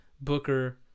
Booker